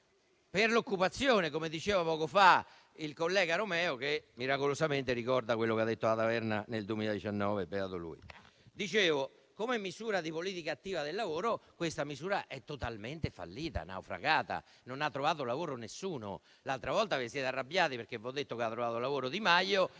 per l'occupazione, come diceva poco fa il collega Romeo, che miracolosamente - beato lui - ricorda quello che ha detto l'allora senatrice Taverna nel 2019. Dicevo, come misura di politica attiva del lavoro questa misura è totalmente fallita e naufragata: non ha trovato lavoro nessuno. L'altra volta vi siete arrabbiati perché vi ho detto che ha trovato lavoro Di Maio